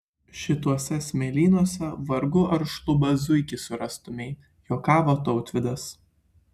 šituose smėlynuose vargu ar šlubą zuikį surastumei juokavo tautvydas